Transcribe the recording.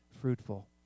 fruitful